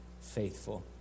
faithful